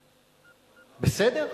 בסדר?